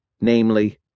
Namely